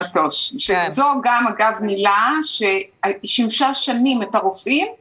זו גם אגב מילה שהיא שימשה שנים את הרופאים